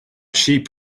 sheep